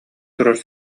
турар